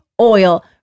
oil